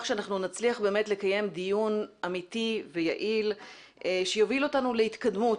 שאנחנו נצליח לקיים דיון אמיתי ויעיל שיוביל אותנו להתקדמות.